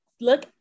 look